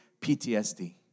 PTSD